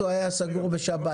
הוא היה סגור בשבת.